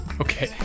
Okay